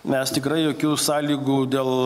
mes tikrai jokių sąlygų dėl